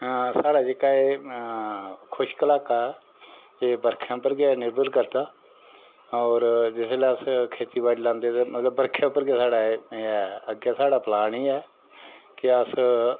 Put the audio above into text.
साढ़ा जेह्का ऐ खुश्क लाका एह् बरखें उप्पर गै निर्भर करदा होर जिसलै अस खेती बड़ी लांदे ते मगर बरखै उप्पर गै साढ़े एह् ऐ अग्गें साढ़ा प्लान एह् ऐ की अस